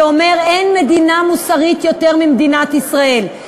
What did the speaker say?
אומר: אין מדינה מוסרית יותר ממדינת ישראל,